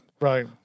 Right